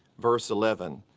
verse eleven.